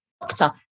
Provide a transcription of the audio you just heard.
doctor